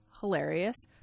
hilarious